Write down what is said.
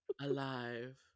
alive